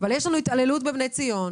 יש התעללות בבני ציון